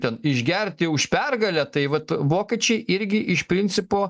ten išgerti už pergalę tai vat vokiečiai irgi iš principo